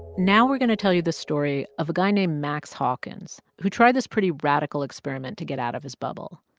now we're going to tell you the story of a guy named max hawkins who tried this pretty radical experiment to get out of his bubble.